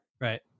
Right